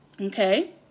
okay